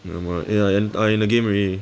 never mind eh I en~ I in the game already